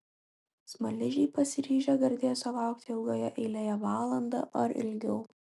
smaližiai pasiryžę gardėsio laukti ilgoje eilėje valandą ar ilgiau